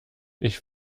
ich